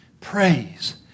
Praise